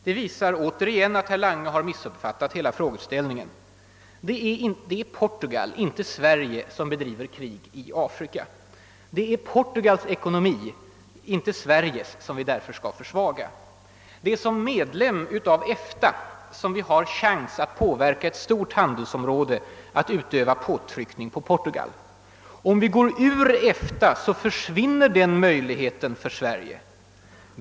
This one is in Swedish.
Den frågan visar återigen att statsrådet Lange missuppfattat hela frågeställningen. Det är Portugal, inte Sverige, som bedriver krig i Afrika. Det är Portugals ekonomi, inte Sveriges, som vi därför skall försvaga. Det är som medlem av EFTA som vi har chans att påverka ett stort handelsområde till att utöva påtryckningar på Portugal. Utträder vi ur EFTA förlorar vi den möjligheten.